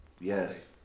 Yes